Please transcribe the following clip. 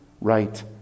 right